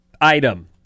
item